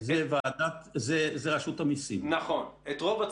של עקרונות יסוד במדיניות מיסים ובחקיקת מיסים ואחר כך